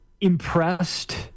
impressed